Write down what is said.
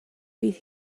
bydd